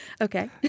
Okay